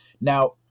Now